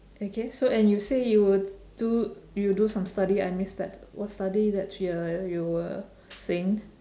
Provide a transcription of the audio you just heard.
okay so and you say you will do you will do some study I missed that what study that you are you were saying